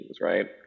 right